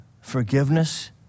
forgiveness